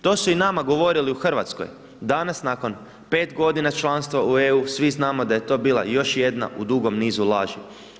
To su i nama govorili u Hrvatskoj, danas nakon 5 godina članstva u EU, svi znamo da je to bila još jedna u dugom nizu laži.